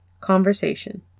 conversation